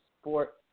sport